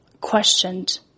questioned